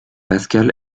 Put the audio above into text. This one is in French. pascal